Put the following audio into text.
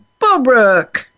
Bulbrook